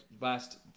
last